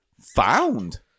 Found